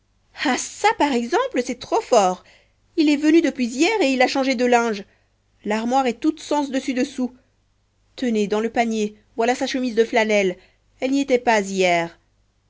ça par exemple c'est trop fort il est venu depuis hier et il a changé de linge l'armoire est toute sens dessus dessous tenez dans le panier voilà sa chemise de flanelle elle n'y était pas hier